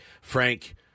Frank